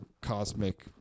cosmic